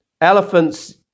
elephants